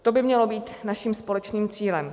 To by mělo být naším společným cílem.